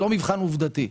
לא מבחן עובדתי.